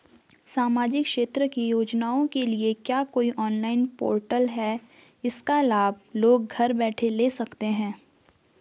सामाजिक क्षेत्र की योजनाओं के लिए क्या कोई ऑनलाइन पोर्टल है इसका लाभ लोग घर बैठे ले सकते हैं?